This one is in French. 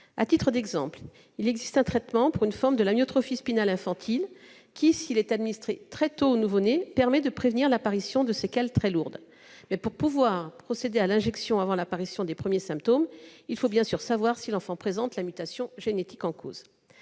À titre d'exemple, il existe un traitement pour une forme de l'amyotrophie spinale infantile qui, s'il est administré très tôt au nouveau-né, permet de prévenir l'apparition de séquelles très lourdes. Toutefois, pour pouvoir procéder à l'injection avant l'apparition des premiers symptômes, il faut savoir si l'enfant présente la mutation génétique en cause.